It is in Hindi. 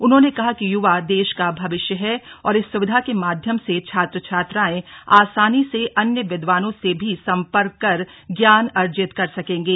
उन्होंने कहा कि युवा देश का भविष्य हैं और इस सुविधा के माध्यम से छात्र छात्राएं आसानी से अन्य विद्वानों से भी सम्पर्क कर ज्ञान अर्जित कर सकेंगे